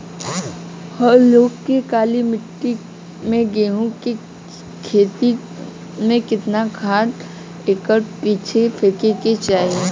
हम लोग के काली मिट्टी में गेहूँ के खेती में कितना खाद एकड़ पीछे फेके के चाही?